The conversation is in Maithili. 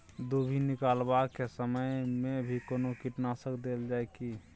दुभी निकलबाक के समय मे भी कोनो कीटनाशक देल जाय की?